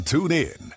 TuneIn